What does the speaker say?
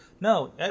No